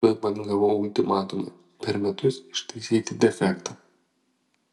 tuoj pat gavau ultimatumą per metus ištaisyti defektą